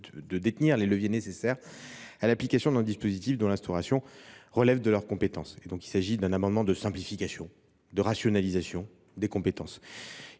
de détenir les leviers nécessaires à l’application d’un dispositif dont l’instauration relève de leurs compétences. En ce sens, il s’agit d’un amendement de simplification et de rationalisation. Il serait